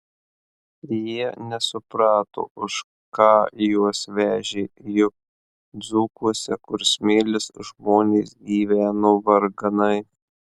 jie nesuprato už ką juos vežė juk dzūkuose kur smėlis žmonės gyveno varganai